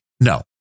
No